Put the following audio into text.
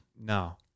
No